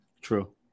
True